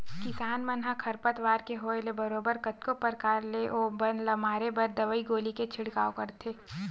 किसान मन ह खरपतवार के होय ले बरोबर कतको परकार ले ओ बन ल मारे बर दवई गोली के छिड़काव करथे